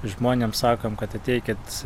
žmonėm sakom kad ateikit